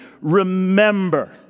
remember